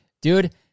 dude